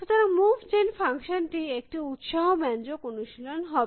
সুতরাং move gen function টি একটি উত্সাহব্যঞ্জক অনুশীলন হবে